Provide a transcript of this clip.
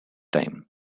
time